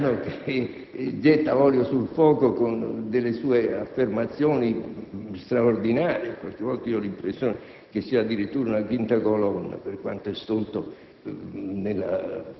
l'iraniano che getta olio sul fuoco con le sue affermazioni straordinarie, per cui certe volte ho l'impressione che sia addirittura una quinta colonna per quanto è stolto nella